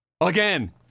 again